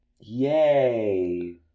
Yay